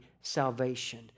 salvation